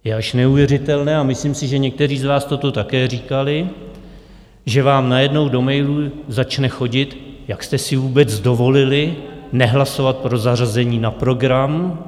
Je až neuvěřitelné myslím si, že někteří z vás toto také říkali že vám najednou do mailu začne chodit: Jak jste si vůbec dovolili nehlasovat pro zařazení na program?